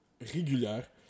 régulière